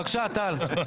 בבקשה, טל.